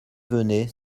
venait